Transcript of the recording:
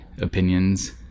opinions